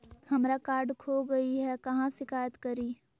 हमरा कार्ड खो गई है, कहाँ शिकायत करी?